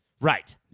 Right